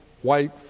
white